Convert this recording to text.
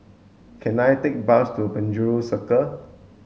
can I take bus to Penjuru Circle